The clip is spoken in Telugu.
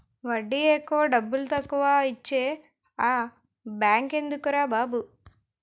వడ్డీ ఎక్కువ డబ్బుతక్కువా ఇచ్చే ఆ బేంకెందుకురా బాబు